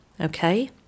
Okay